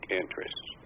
interests